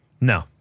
No